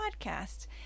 podcast